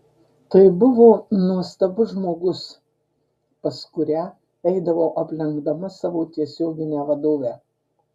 tai buvo nuostabus žmogus pas kurią eidavau aplenkdama savo tiesioginę vadovę